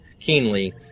keenly